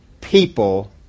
people